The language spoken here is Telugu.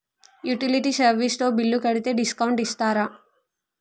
యుటిలిటీ సర్వీస్ తో బిల్లు కడితే డిస్కౌంట్ ఇస్తరా?